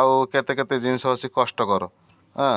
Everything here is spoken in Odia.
ଆଉ କେତେ କେତେ ଜିନିଷ ଅଛି କଷ୍ଟକର ହଁ